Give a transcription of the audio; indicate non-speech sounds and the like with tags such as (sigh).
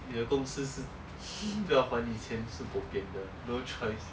(laughs)